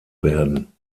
werden